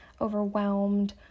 overwhelmed